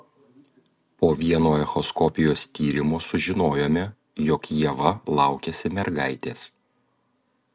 po vieno echoskopijos tyrimo sužinojome jog ieva laukiasi mergaitės